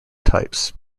types